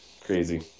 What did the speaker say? crazy